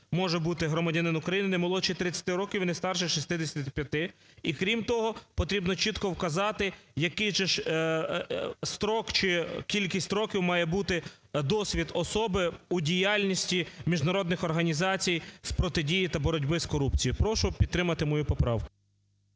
може бути громадянин України не молодший 30 років і не старший 65. І, крім того, потрібно чітко вказати, який же строк чи кількість років має бути досвід особи у діяльності міжнародних організацій з протидії та боротьби з корупцією. Прошу підтримати мою поправку.